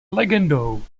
legendou